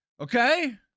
Okay